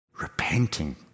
repenting